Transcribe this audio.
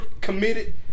committed